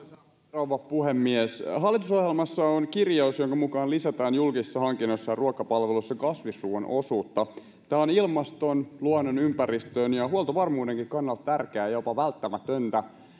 rouva puhemies hallitusohjelmassa on kirjaus jonka mukaan lisätään julkisissa hankinnoissa ja ruokapalveluissa kasvisruuan osuutta tämä on ilmaston luonnon ympäristön ja huoltovarmuudenkin kannalta tärkeää ja jopa välttämätöntä